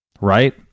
right